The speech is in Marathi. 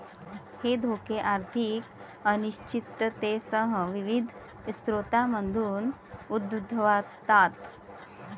हे धोके आर्थिक अनिश्चिततेसह विविध स्रोतांमधून उद्भवतात